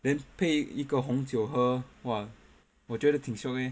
then 配一个红酒喝 !wah! 我觉得挺 shiok eh